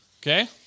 Okay